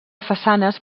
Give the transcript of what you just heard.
façanes